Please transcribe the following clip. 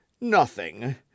Nothing